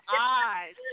eyes